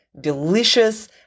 delicious